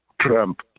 Trump